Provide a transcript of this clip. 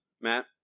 matt